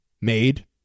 made